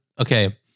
okay